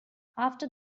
after